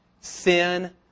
sin